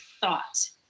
thought